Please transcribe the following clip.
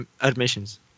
Admissions